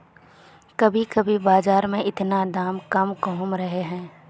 कभी कभी बाजार में इतना दाम कम कहुम रहे है?